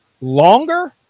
longer